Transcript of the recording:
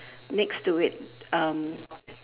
next to it um